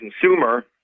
consumer